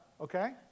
Okay